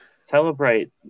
Celebrate